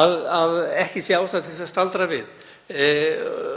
að ekki sé ástæða til að staldra við